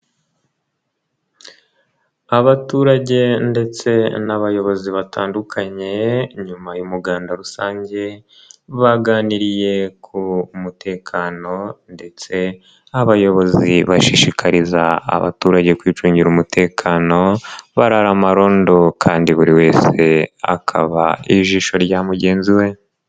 Abaturage ndetse n'abayobozi batandukanye nyuma y'umuganda rusange baganiriye ku mutekano ndetse abayobozi bashishikariza abaturage kwicungira umutekano barara amarondo kandi buri wese akaba ijisho rya mugenzi we.